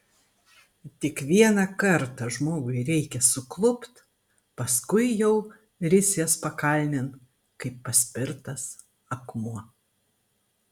tik vieną kartą žmogui reikia suklupt paskui jau risies pakalnėn kaip paspirtas akmuo